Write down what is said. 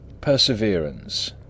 PERSEVERANCE